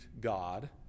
God